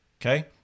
Okay